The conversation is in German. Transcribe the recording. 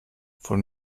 von